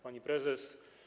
Pani Prezes!